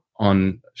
On